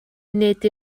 nid